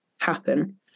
happen